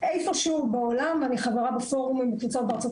איפשהו בעולם אני חברה בפורומים וקבוצות בארצות